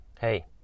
Hey